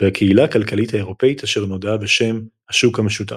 והקהילה הכלכלית האירופית אשר נודעה בשם "השוק המשותף".